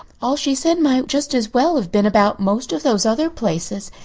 all she said might just as well have been about most of those other places.